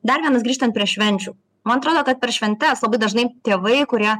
dar vienas grįžtant prie švenčių man atrodo kad per šventes labai dažnai tėvai kurie